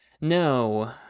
No